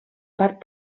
part